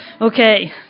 Okay